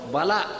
Bala